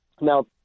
Now